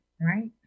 Right